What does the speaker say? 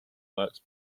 works